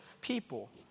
people